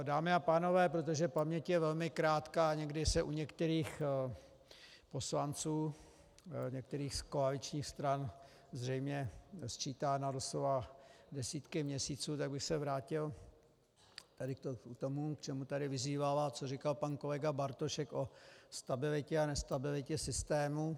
Dámy a pánové, protože paměť je velmi krátká, někdy se u některých poslanců některých z koaličních stran zřejmě sčítá na doslova desítky měsíců, tak bych se vrátil k tomu, k čemu tady vyzýval a co říkal pan kolega Bartošek o stabilitě a nestabilitě systému.